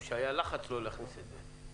או שהיה לחץ לא להכניס את זה.